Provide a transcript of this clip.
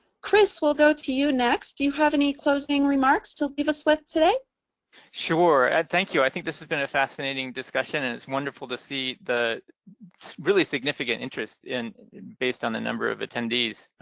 chris, we'll go to you next. do you have any closing remarks to leave us with today? chris sure. and thank you. i think this has been a fascinating discussion and it's wonderful to see the really significant interest and based on the number of attendees.